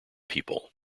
people